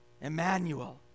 Emmanuel